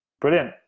Brilliant